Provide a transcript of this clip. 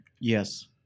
Yes